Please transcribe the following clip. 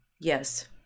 Yes